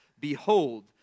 Behold